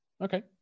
okay